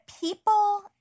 people